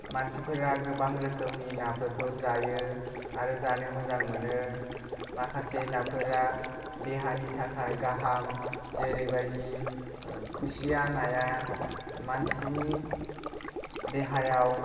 मानसिफोरा गोबां रोखोमनि नाफोरखौ जायाे आरो जानो मोजां मोनो माखासे नाफोरा देहानि थाखाय गाहाम जेरै बादि खुसिया नाया मानसिनि देहायाव